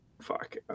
Fuck